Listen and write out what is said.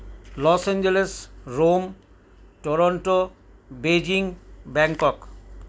loss Angeles Rome Toronto Beijing Bangkok